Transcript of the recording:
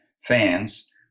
Fans